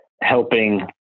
helping